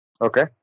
Okay